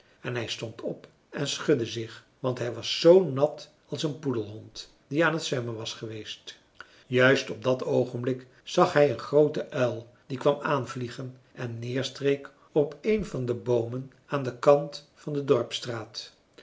en hij stond op en schudde zich want hij was zoo nat als een poedelhond die aan t zwemmen was geweest juist op dat oogenblik zag hij een grooten uil die kwam aanvliegen en neerstreek op een van de boomen aan den kant van de dorpsstraat